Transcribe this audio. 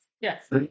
Yes